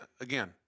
again